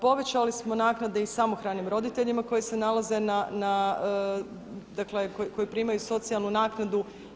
Povećali smo naknade i samohranim roditeljima koji se nalaze na, dakle koji primaju socijalnu naknadu.